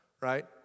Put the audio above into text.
right